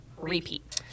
Repeat